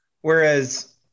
Whereas